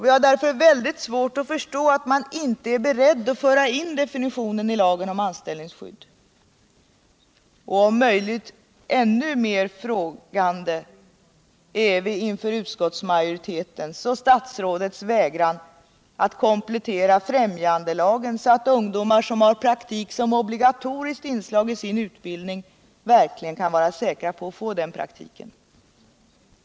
Vi har därför väldigt svårt att förstå att man inte är beredd att föra in definitionen i lagen om anställningsskydd. Om möjligt ännu mer frågande är vi inför utskottsmajoritetens och statsrådets vägran att komplettera främjandelagen så att ungdomar som har praktik som obligatoriskt inslag i sin utbildning verkligen kan vara säkra på att få den praktiken.